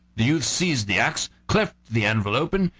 the youth seized the axe, cleft the anvil open,